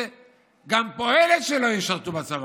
וגם פועלת שלא ישרתו בצבא.